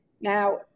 Now